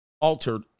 altered